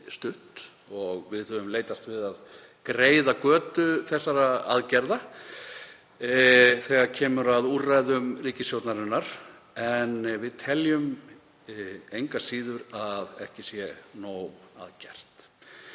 og við höfum leitast við að greiða götu þessara aðgerða þegar kemur að úrræðum ríkisstjórnarinnar. En við teljum engu að síður að ekki sé nóg að gert.